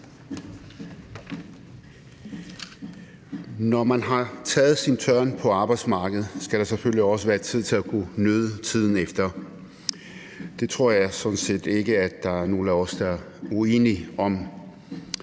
Når man har taget sin tørn på arbejdsmarkedet, skal der selvfølgelig også være tid til at kunne nyde tiden bagefter. Det tror jeg sådan set ikke at der er nogen af os der er uenige i.